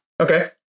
Okay